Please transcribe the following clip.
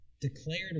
Declared